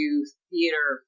theater